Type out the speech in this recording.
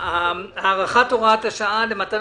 הארכת הוראת השעה למתן